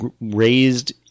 raised